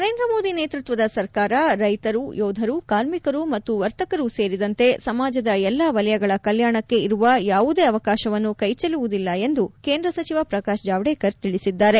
ನರೇಂದ್ರ ಮೋದಿ ನೇತೃತ್ವದ ಸರ್ಕಾರ ರೈತರು ಯೋಧರು ಕಾರ್ಮಿಕರು ಮತ್ತು ವರ್ತಕರು ಸೇರಿದಂತೆ ಸಮಾಜದ ಎಲ್ಲ ವಲಯಗಳ ಕಲ್ಲಾಣಕ್ಕೆ ಇರುವ ಯಾವುದೇ ಅವಕಾಶವನ್ನು ಕೈಚೆಲ್ಲುವುದಿಲ್ಲ ಎಂದು ಕೇಂದ್ರ ಸಚಿವ ಪ್ರಕಾಶ್ ಜಾವಡೇಕರ್ ತಿಳಿಸಿದ್ದಾರೆ